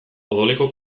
odoleko